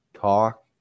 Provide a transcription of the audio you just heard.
Talk